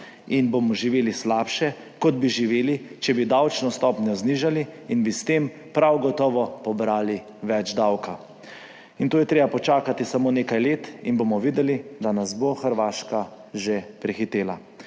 in bomo živeli slabše, kot bi živeli, če bi davčno stopnjo znižali in bi s tem prav gotovo pobrali več davka. Treba je počakati samo nekaj let in bomo videli, da nas bo Hrvaška že prehitela.